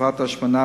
תופעת ההשמנה,